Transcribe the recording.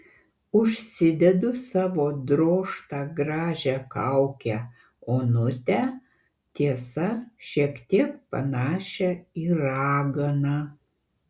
užsidedu savo drožtą gražią kaukę onutę tiesa šiek tiek panašią į raganą